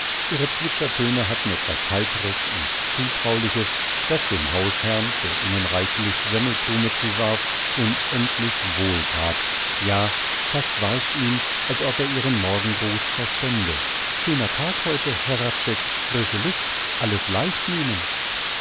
ihre zwitschertöne hatten etwas heitres und zutrauliches das dem hausherrn der ihnen reichlich semmelkrume zuwarf unendlich wohl that ja fast war's ihm als ob er ihren morgengruß verstände schöner tag heute herr hradscheck frische luft alles